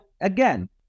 again